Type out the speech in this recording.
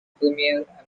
premier